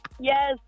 Yes